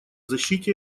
защите